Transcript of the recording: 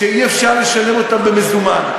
שאי-אפשר לשלם אותם במזומן.